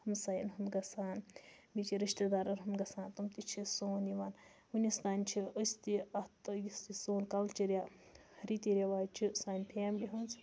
ہمسایَن ہُنٛد گژھان بیٚیہِ چھِ رِشتہٕ دارَن ہُنٛد گژھان تِم تہِ چھِ سون یِوان وٕنیُس تانۍ چھِ أسۍ تہِ اَتھ تہٕ یُس تہِ سون کَلچَر یا ریٖتی رِواج چھِ سانہِ فیملی ہٕنٛز